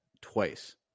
twice